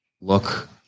look